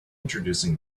introducing